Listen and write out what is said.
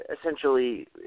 essentially